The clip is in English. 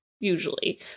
usually